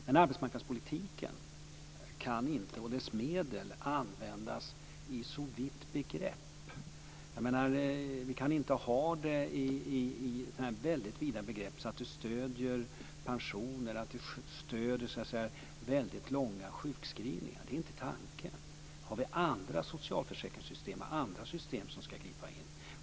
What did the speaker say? Men arbetsmarknadspolitiken och dess medel kan inte användas i så vida begrepp som att det handlar om att stödja pensioner och väldigt långa sjukskrivningar. Det är inte tanken med detta. Där har vi andra socialförsäkringssystem och andra system som ska gripa in.